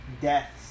Deaths